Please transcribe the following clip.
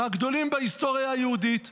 מהגדולים בהיסטוריה היהודית,